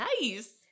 Nice